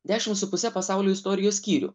dešim su puse pasaulio istorijos skyrių